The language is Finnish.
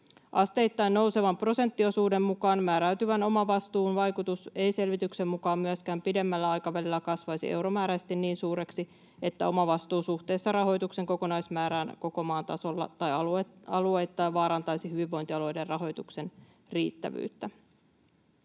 Asteittain nousevan prosenttiosuuden mukaan määräytyvän omavastuun vaikutus ei selvityksen mukaan myöskään pidemmällä aikavälillä kasvaisi euromääräisesti niin suureksi, että omavastuu suhteessa rahoituksen kokonaismäärään koko maan tasolla tai alueittain vaarantaisi hyvinvointialueiden rahoituksen riittävyyttä.